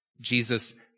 Jesus